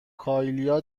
کایلا